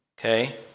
Okay